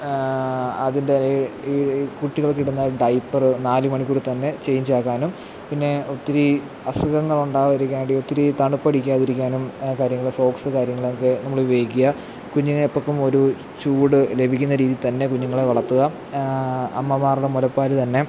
അതിന്റെ തന്നെ ഈ ഈ കുട്ടികൾക്കിടുന്ന ഡയപ്പെറ് നാലു മണിക്കൂറിൽ തന്നെ ചേയ്ഞ്ച് ആക്കാനും പിന്നെ ഒത്തിരി അസുഖങ്ങളുണ്ടാവാതിരിക്കാൻ വേണ്ടി ഒത്തിരി തണുപ്പടിക്കാതിരിക്കാനും കാര്യങ്ങളും സോക്ക്സ്സ് കാര്യങ്ങളൊക്കെ നമ്മൾ ഉപയോഗിക്കുക കുഞ്ഞുങ്ങൾക്കെപ്പോഴും ഒരു ചൂട് ലഭിക്കുന്ന രീതിയില് തന്നെ കുഞ്ഞുങ്ങളെ വളർത്തുക അമ്മമാരുടെ മുലപ്പാൽ തന്നെ